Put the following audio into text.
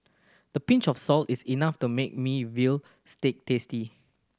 the pinch of salt is enough to make me veal stew tasty